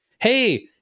hey